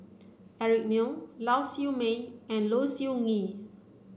Eric Neo Lau Siew Mei and Low Siew Nghee